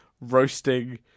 roasting